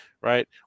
right